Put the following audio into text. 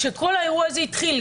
כשכל האירוע הזה התחיל,